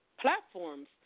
platforms